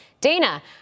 Dana